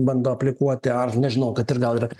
bando aplikuoti ar nežinau kad ir gal ir